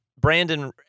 Brandon